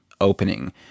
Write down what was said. opening